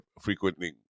frequenting